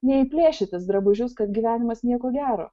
nei plėšytis drabužius kad gyvenimas nieko gero